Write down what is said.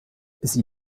sie